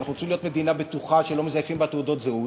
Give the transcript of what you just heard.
ואנחנו רוצים להיות מדינה בטוחה שלא מזייפים בה תעודות זהות.